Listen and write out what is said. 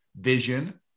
Vision